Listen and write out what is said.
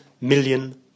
million